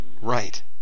Right